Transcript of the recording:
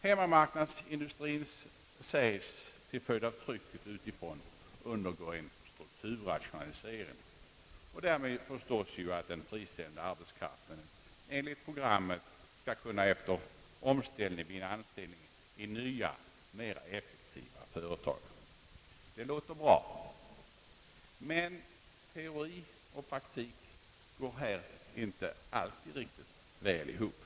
Hemmamarknadsindustrien säges till följd av trycket utifrån undergå en strukturrationalisering, varmed förstås att den friställda arbetskraften enligt programmet efter omställning skall kunna vinna anställning i mera effektiva företag. Det låter bra. Men teori och praktik går härvidlag inte alltid riktigt väl ihop.